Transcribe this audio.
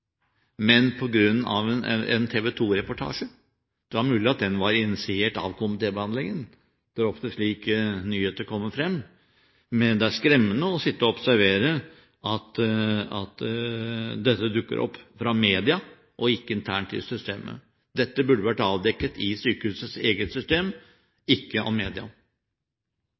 men på grunn av en TV 2-reportasje. Det er mulig at den var initiert av komitébehandlingen – det er ofte slik nyheter kommer frem. Det er skremmende å sitte og observere at dette dukker opp fra media og ikke internt i systemet. Dette burde vært avdekket i sykehusets eget system – ikke av media.